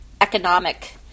economic